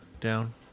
down